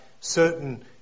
certain